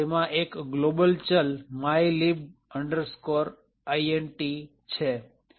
તેમાં આ એક ગ્લોબલ ચલ mylib int છે